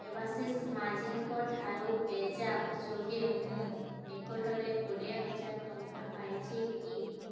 ଦେବାଶିଷ ମାଝୀଙ୍କ ଠାରୁ ପେଜ୍ ଆପ୍ ଯୋଗେ ମୁଁ ନିକଟରେ କୋଡ଼ିଏ ହଜାର ଟଙ୍କା ପାଇଛି କି